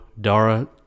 Dara